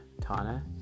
Tana